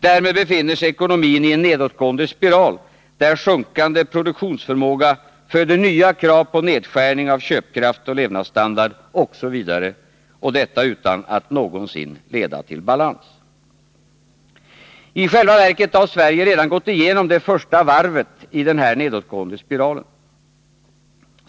Därmed befinner sig ekonomin i en nedåtgående spiral, där sjunkande produktionsförmåga föder nya krav på nedskärning av köpkraft och levnadsstandard osv., och detta utan att någonsin leda till balans. I själva verket har Sverige redan gått igenom det första varvet i denna nedåtgående spiral.